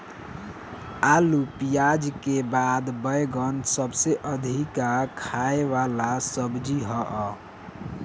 आलू पियाज के बाद बैगन सबसे अधिका खाए वाला सब्जी हअ